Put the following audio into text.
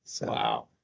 Wow